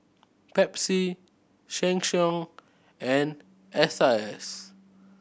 Pepsi Sheng Siong and S I S